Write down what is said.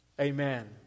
Amen